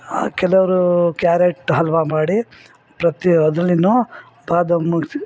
ಕೆಲವ್ರು ಕ್ಯಾರೆಟ್ ಹಲ್ವಾ ಮಾಡಿ ಪ್ರತಿ ಅದರಲ್ಲಿ ಬಾದಾಮಿ